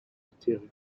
material